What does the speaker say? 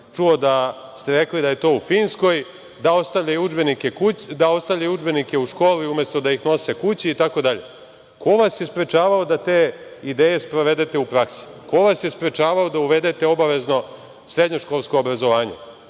čuo da ste rekli da je to u Finskoj, da ostavljaju udžbenike u školi umesto da ih nose kući itd, ko vas je sprečavao da te ideje sprovedete u praksi? Ko vas je sprečavao da uvedete obavezno srednješkolsko obrazovanje? Ne